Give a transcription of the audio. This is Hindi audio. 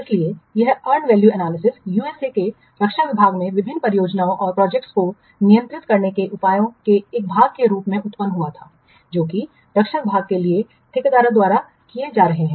इसलिए यह अर्न वैल्यू एनालिसिस USA के रक्षा विभाग में विभिन्न परियोजनाओं को नियंत्रित करने के उपायों के एक भाग के रूप में उत्पन्न हुआ था जो कि रक्षा विभाग के लिए ठेकेदारों द्वारा किए जा रहे हैं